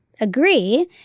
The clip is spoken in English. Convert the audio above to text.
agree